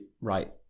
right